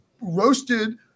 roasted